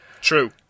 True